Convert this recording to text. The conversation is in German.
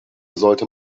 sollte